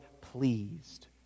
pleased